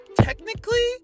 technically